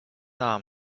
arm